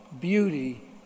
beauty